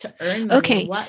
Okay